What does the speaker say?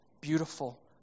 beautiful